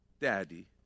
Daddy